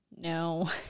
No